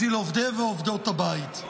בשביל עובדי ועובדות הבית,